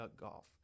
Golf